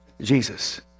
Jesus